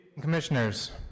Commissioners